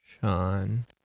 Sean